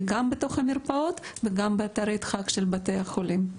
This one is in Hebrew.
גם בתוך המרפאות וגם באתרי דחק של בתי החולים.